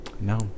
no